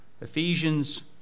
Ephesians